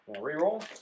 re-roll